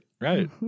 Right